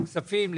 כספים,